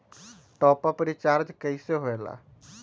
Top up recharge कइसे होएला?